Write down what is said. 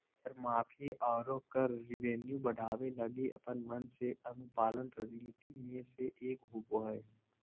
कर माफी, आरो कर रेवेन्यू बढ़ावे लगी अपन मन से अनुपालन रणनीति मे से एक होबा हय